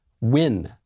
win